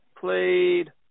played